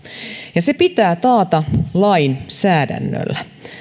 se pitää taata lainsäädännöllä